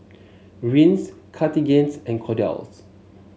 Rene's Cartigain's and Kordel's